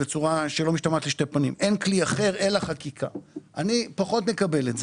אמרת שאין כלי אחר אלא חקיקה - אני פחות מקבל את זה.